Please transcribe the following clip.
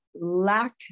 lack